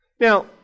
Now